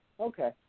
Okay